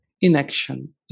inaction